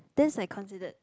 that's like considered